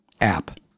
app